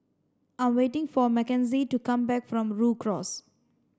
I'm waiting for Makenzie to come back from Rhu Cross